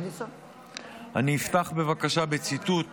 אני אפתח בבקשה בציטוט שאומר: